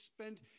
spend